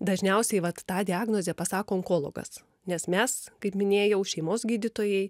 dažniausiai vat tą diagnozę pasako onkologas nes mes kaip minėjau šeimos gydytojai